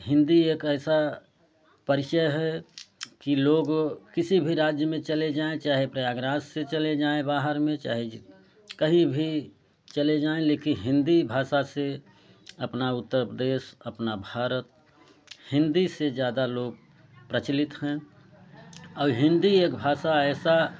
हिंदी एक ऐसा परिचय है कि लोग किसी भी राज्य में चले जाएँ चाहे प्रयागराज से चले जाएँ बाहर में चाहे जि कहीं भी चले जाएँ लेकिन हिंदी भाषा से अपना उत्तर प्रदेश अपना भारत हिंदी से ज़्यादा लोग प्रचलित हैं और हिंदी एक भाषा ऐसा